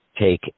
take